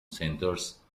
centres